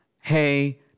Hey